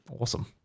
Awesome